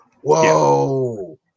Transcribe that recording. Whoa